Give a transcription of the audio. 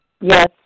Yes